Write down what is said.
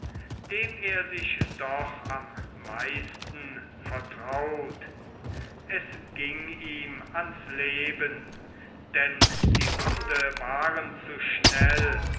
dem er sich doch am meisten vertraut es ging ihm ans leben denn die hunde waren zu schnell